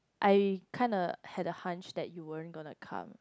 I kinda had a hunch that you weren't gonna come